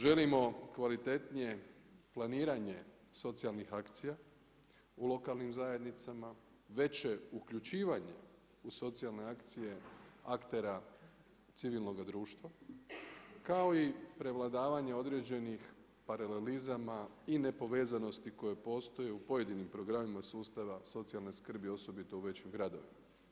Želimo kvalitetnije planiranje socijalnih akcija u lokalnim zajednicama, veće uključivanje u socijalne akcije aktera civilnoga društva kao i prevladavanje određenih paralelizama i nepovezanosti koje postoje u pojedinim programima sustava socijalne skrbi osobito u većim gradovima.